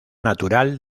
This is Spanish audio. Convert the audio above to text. natural